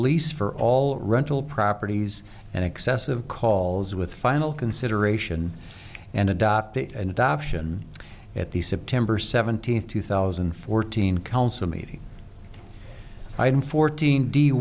lease for all rental properties and excessive calls with final consideration and adopted an adoption at the september seventeenth two thousand and fourteen council meeting and fourteen d